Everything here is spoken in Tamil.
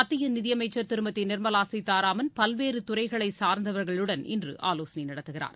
மத்தியநிதியமைச்சர் திருமதிநிர்மலாசீதாராமன் பல்வேறுதுறைகளைச் சார்ந்தவர்களுடன் இன்றுஆலோசனைநடத்துகிறார்